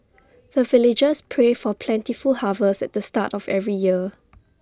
the villagers pray for plentiful harvest at the start of every year